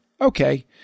Okay